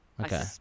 okay